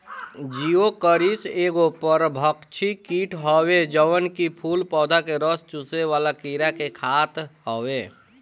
Geocoris एगो परभक्षी कीट हवे जवन की फूल पौधा के रस चुसेवाला कीड़ा के खात हवे